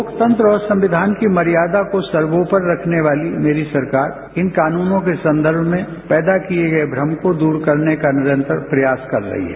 लोकतंत्र और संविधान की मर्यादा को सर्वोपरि रखने वाली मेरी सरकार इन कानूनों के संदर्भ में पैदा किए गए भ्रम को दूर करने का निरंतर प्रयास कर रही है